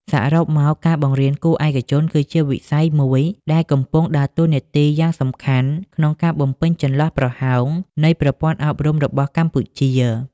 សរុបមក ការបង្រៀនគួរឯកជនគឺជាវិស័យមួយដែលកំពុងដើរតួនាទីយ៉ាងសំខាន់ក្នុងការបំពេញចន្លោះប្រហោងនៃប្រព័ន្ធអប់រំរបស់កម្ពុជា។